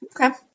Okay